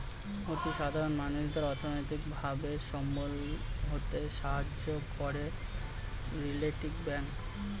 অতি সাধারণ মানুষদের অর্থনৈতিক ভাবে সাবলম্বী হতে সাহায্য করে রিটেল ব্যাংক